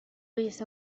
isso